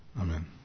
Amen